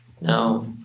Now